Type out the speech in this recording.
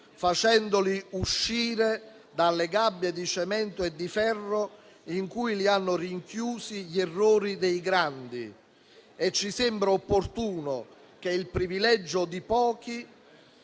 facendoli uscire dalle gabbie di cemento e di ferro in cui li hanno rinchiusi gli errori dei grandi. E ci sembra opportuno che il privilegio di pochi